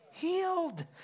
healed